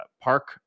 park